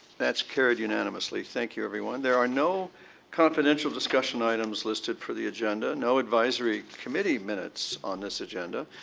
that's carried unanimously. thank you, everyone. there are no confidential discussion items listed for the agenda. no advisory committee minutes on this agenda.